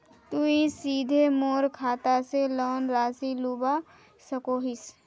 तुई सीधे मोर खाता से लोन राशि लुबा सकोहिस?